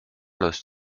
los